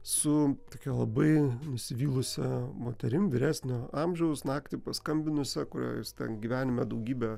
su tokia labai nusivylusia moterim vyresnio amžiaus naktį paskambinusia kurią jos ten gyvenime daugybę